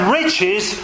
riches